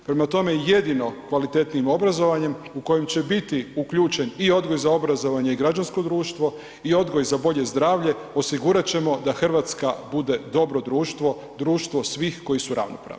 Prema tome, jedino kvalitetnim obrazovanjem u kojem će biti uključen i odgoj za obrazovanje i građansko društvo i odgoj za bolje zdravlje, osigurat ćemo da RH bude dobro društvo, društvo svih koji su ravnopravni.